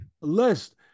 list